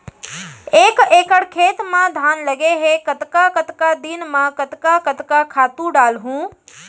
एक एकड़ खेत म धान लगे हे कतका कतका दिन म कतका कतका खातू डालहुँ?